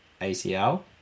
ACL